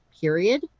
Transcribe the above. period